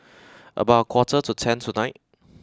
about a quarter to ten tonight